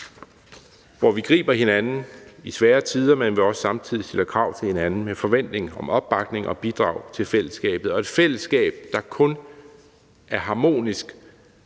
hvor vi griber hinanden i svære tider, men hvor vi også samtidig stiller krav til hinanden med forventning om opbakning og bidrag til fællesskabet, og et fællesskab, der kun er harmonisk,